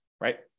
right